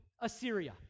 Assyria